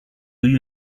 you